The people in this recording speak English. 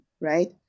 right